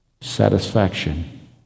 satisfaction